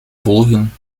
volgen